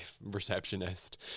receptionist